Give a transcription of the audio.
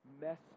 message